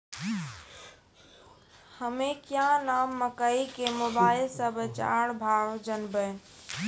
हमें क्या नाम मकई के मोबाइल से बाजार भाव जनवे?